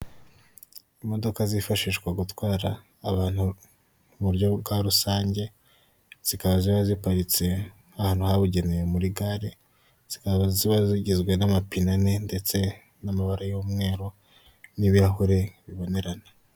Mu Rwanda hari utubari tugiye dutandukanye twinshi, utubari two mu Rwanda dukomeje guterimbere bitewe na serivise nziza tugenda dutanga, ahangaha hari intebe nziza abaturage bashobora kuba bakwicaramo ushobora kuba wasohokana n'abawe ndetse mukahagirira ibihe byiza kuko bababafite ibinyobwa bitandukanye.